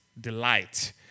delight